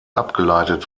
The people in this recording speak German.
abgeleitet